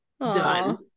done